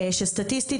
שסטטיסטית,